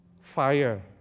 fire